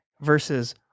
versus